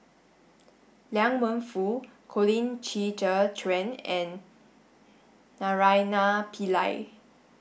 Liang Wenfu Colin Qi Zhe Quan and Naraina Pillai